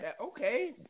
Okay